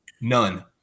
None